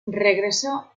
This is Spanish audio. regresó